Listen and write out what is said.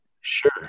Sure